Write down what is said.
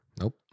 Nope